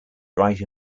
write